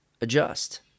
adjust